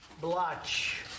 blotch